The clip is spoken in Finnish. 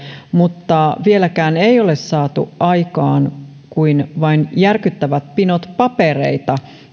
mutta vieläkään ei ole saatu aikaan kuin vain järkyttävät pinot papereita